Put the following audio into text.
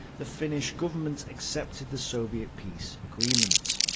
the finnish government accepted the soviet peace agreement.